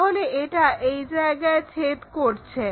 তাহলে এটা এই জায়গায় ছেদ করছে